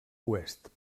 oest